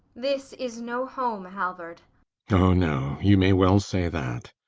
this is no home, halvard oh no, you may well say that.